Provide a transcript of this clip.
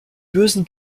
bösen